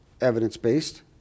evidence-based